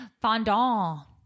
Fondant